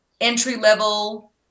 entry-level